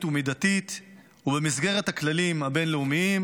ומידתית ובמסגרת הכללים הבין-לאומיים,